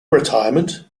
retirement